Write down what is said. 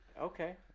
Okay